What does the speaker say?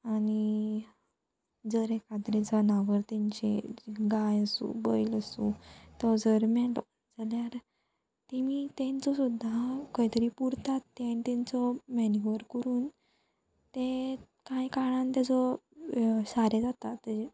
आनी जर एकाद्रें जनावर तेंचे गाय आसूं बैल आसूं तो जर मेलो जाल्यार तेमी तेंचो सुद्दां खंय तरी पुरतात ते आनी तेंचो मेन्यूवर करून ते कांय काळान तेजो सारें जाता तेजें